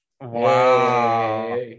wow